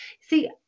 See